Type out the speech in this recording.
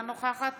אינה נוכחת